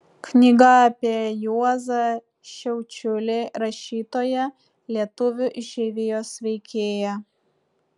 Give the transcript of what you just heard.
knyga apie juozą šiaučiulį rašytoją lietuvių išeivijos veikėją